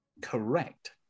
Correct